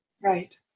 right